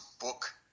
book